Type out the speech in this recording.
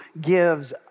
gives